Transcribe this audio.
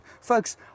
Folks